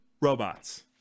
robots